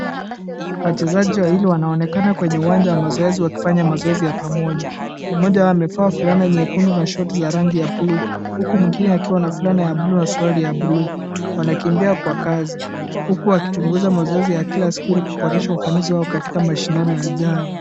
Wachezaji wawili wanaonekana kwenye uwanja wa mazoezi wakifanya mazoezi ya pamoja. Mmoja wao amevaa fulana nyekundu na short za rangi ya bluu huku mwingine akiwa na fulana ya bluu na suruali ya bluu. Wanakimbia kwa kasi huku wakichunguza mazoezi ya kila siku ili kuboresha ufanisi wao katika mashindano yajayo.